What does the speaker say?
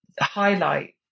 highlight